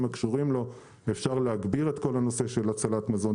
הקשורים לו אפשר להגביר את כל הנושא של הצלת מזון.